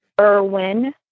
Irwin